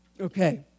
Okay